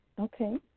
Okay